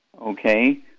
okay